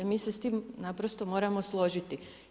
Mi se s tim naprosto moramo složiti.